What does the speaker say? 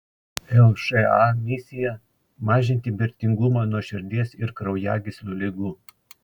lša misija mažinti mirtingumą nuo širdies ir kraujagyslių ligų